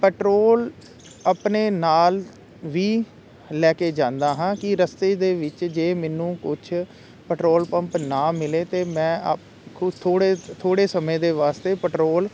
petrol ਆਪਣੇ ਨਾਲ ਵੀ ਲੈ ਕੇ ਜਾਂਦਾ ਹਾਂ ਕਿ ਰਸਤੇ ਦੇ ਵਿੱਚ ਜਾਵੇ ਮੈਨੂੰ ਕੁਛ ਪੈਟਰੋਲ ਪੰਪ ਨਾ ਮਿਲੇ ਤਾਂ ਮੈਂ ਆ ਖੁਦ ਥੋੜ੍ਹੇ ਥੋੜ੍ਹੇ ਸਮੇਂ ਦੇ ਵਾਸਤੇ ਪੈਟਰੋਲ